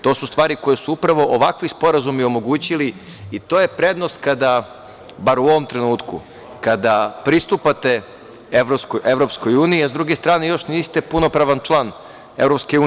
To su stvari koje su upravo ovakvi sporazumi omogućili i to je prednost kada, bar u ovom trenutku, kada pristupate EU, a sa druge strane još niste punopravan član EU.